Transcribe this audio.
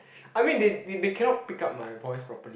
I mean they they cannot pick up my voice properly